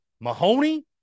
Mahoney